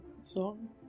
song